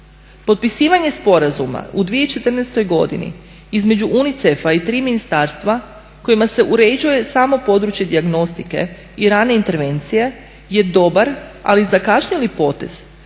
Potpisivanje sporazuma u 2014.godini između UNICEF-a i 3 ministarstva kojima se uređuje samo područje dijagnostike i rane intervencije je dobar ali zakašnjeli potez,